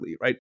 right